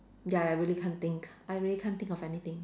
ya I really can't think I really can't think of anything